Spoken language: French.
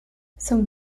somme